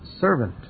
servant